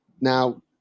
Now